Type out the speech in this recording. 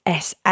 SA